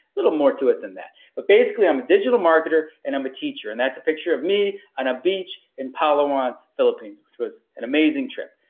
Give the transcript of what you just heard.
little more to it than that. but basically, i'm a digital marketer and i'm a teacher. and that's a picture of me on a beach in palawan, philippines, which was an amazing trip.